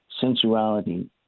sensuality